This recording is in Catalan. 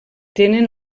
tenen